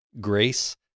Grace